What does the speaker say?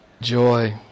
joy